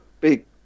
big